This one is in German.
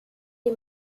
die